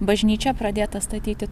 bažnyčia pradėta statyti